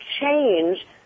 change